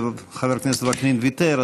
וחבר הכנסת וקנין ויתר,